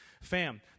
Fam